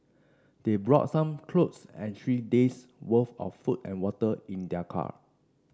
they brought some clothes and three days' worth of food and water in their car